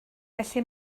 felly